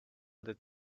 that